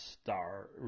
star